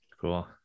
Cool